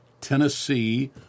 Tennessee